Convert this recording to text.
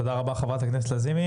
תודה רבה, חברת הכנסת לזימי.